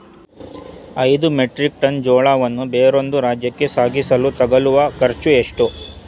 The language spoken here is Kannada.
ಐದು ಮೆಟ್ರಿಕ್ ಟನ್ ಜೋಳವನ್ನು ಬೇರೊಂದು ರಾಜ್ಯಕ್ಕೆ ಸಾಗಿಸಲು ತಗಲುವ ಖರ್ಚು ಎಷ್ಟು?